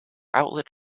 outlet